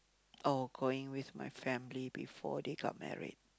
or going with my family before they got married